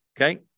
Okay